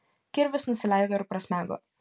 kirvis nusileido ir prasmego